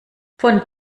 von